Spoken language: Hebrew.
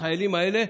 החיילים האלה,